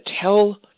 tell